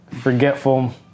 forgetful